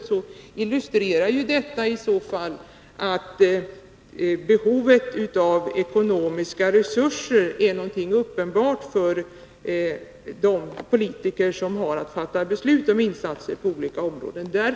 Detta illustrerar i så fall närmast att behovet av ekonomiska resurser är någonting uppenbart för de politiker som har att fatta beslut om insatser på olika områden ute i kommunerna.